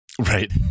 Right